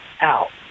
out